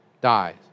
dies